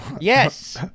yes